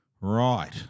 right